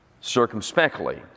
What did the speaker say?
circumspectly